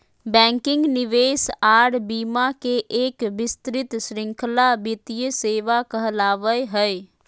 banking, निवेश आर बीमा के एक विस्तृत श्रृंखला वित्तीय सेवा कहलावय हय